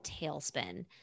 tailspin